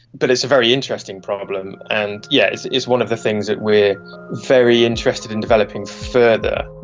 but it's a very interesting problem, and yes, it's one of the things that we are very interested in developing further.